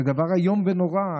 זה דבר איום ונורא.